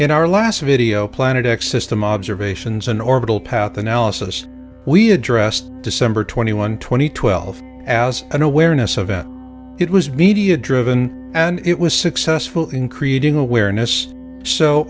in our last video planet x system observations and orbital path analysis we addressed december twenty one two thousand and twelve as an awareness of it it was media driven and it was successful in creating awareness so